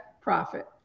profit